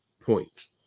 points